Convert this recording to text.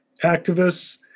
activists